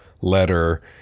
letter